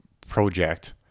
project